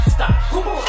Stop